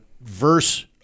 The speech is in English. verse